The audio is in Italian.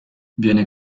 viene